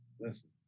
Listen